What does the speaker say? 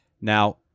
Now